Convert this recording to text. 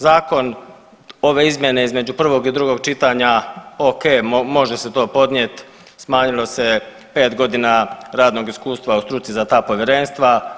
Zakon ove izmjene između prvog i drugog čitanja o.k. može se to podnijeti smanjilo se 5 godina radnog iskustva u struci za ta povjerenstva.